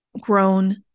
grown